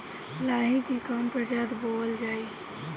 लाही की कवन प्रजाति बोअल जाई?